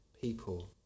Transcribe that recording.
people